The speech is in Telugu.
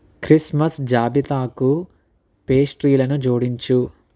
క్రిస్మస్ జాబితాకు పేస్ట్రీలను జోడించు